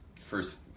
first